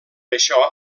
això